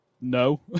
No